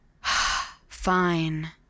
Fine